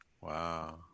Wow